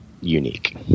unique